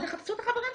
תחפשו את החברים שלכם.